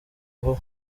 vuba